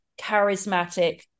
charismatic